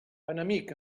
enemic